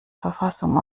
verfassung